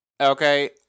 Okay